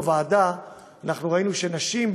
בוועדה אנחנו ראינו שנשים,